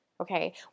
Okay